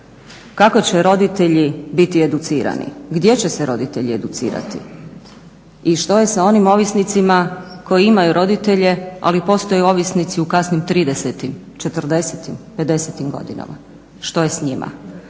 kako će roditelji biti educirani? Gdje će se roditelji educirati i što je sa onim ovisnicima koji imaju roditelje ali postaju ovisnici u kasnim 30-im, 40-im, 50-im godinama? Što je s njima?